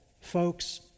Folks